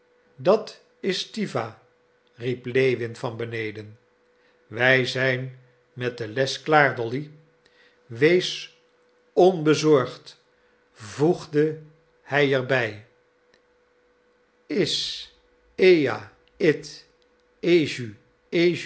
dat is stiwa riep lewin van beneden wij zijn met de les klaar dolly wees onbezorgd voegde hij er bij is ea id